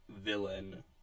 villain